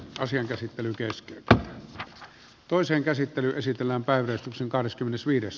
asian käsittely keskitetään toiseen käsittelyyn esitellään päivystyksen keskeytetään